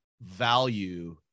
value